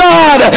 God